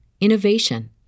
innovation